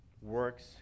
works